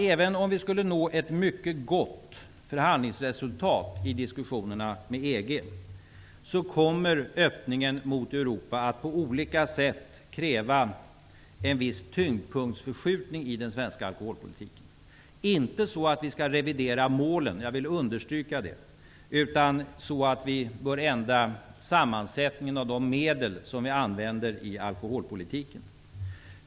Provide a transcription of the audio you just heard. Även om vi skulle nå ett mycket gott förhandlingsresultat i diskussionerna med EG, kommer öppningen mot Europa att på olika sätt kräva en viss tyngdpunktsförskjutning i den svenska alkoholpolitiken. Jag vill understryka att det inte innebär att vi skall revidera målen, utan att vi bör ändra sammansättningen av de medel som vi använder i alkoholpolitiken.